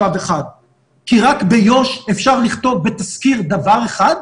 כי רק ביו"ש אפשר לכתוב בתזכיר דבר אחד,